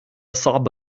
صعب